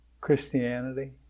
Christianity